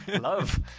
love